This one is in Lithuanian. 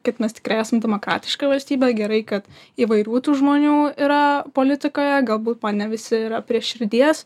kad mes tikrai esam demokratiška valstybė gerai kad įvairių tų žmonių yra politikoje galbūt man ne visi yra prie širdies